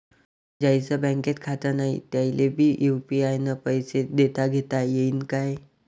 ज्याईचं बँकेत खातं नाय त्याईले बी यू.पी.आय न पैसे देताघेता येईन काय?